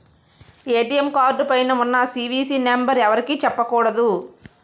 ATM card పైన ఉన్న CVV number ఎవరికీ చెప్పకూడదు